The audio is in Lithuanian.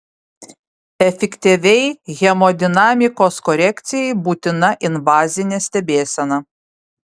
efektyviai hemodinamikos korekcijai būtina invazinė stebėsena